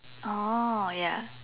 oh ya